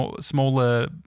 smaller